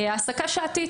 העסקה שעתית